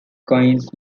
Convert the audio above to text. coins